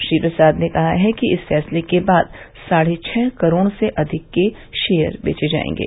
श्री प्रसाद ने कहा कि इस फैसले के बाद साढ़े छह करोड़ से अधिक के शेयर बेचे जाएंगे